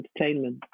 entertainment